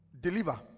deliver